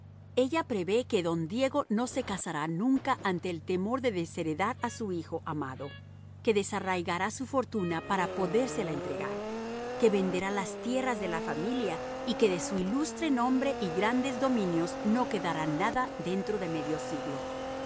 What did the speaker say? ella prevé que don diego no se casará nunca ante el temor de desheredar a su hijo amado que desarraigará su fortuna para podérsela entregar que venderá las tierras de la familia y que de su ilustre nombre y grandes dominios no quedará nada dentro de medio siglo